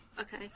Okay